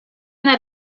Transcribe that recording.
that